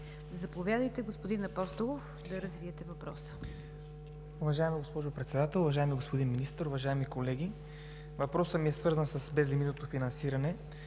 Заповядайте, господин Апостолов, да развиете въпроса. СТЕФАН АПОСТОЛОВ (ГЕРБ): Уважаема госпожо Председател, уважаеми господин Министър, уважаеми колеги! Въпросът ми е свързан с безлимитното финансиране.